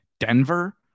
Denver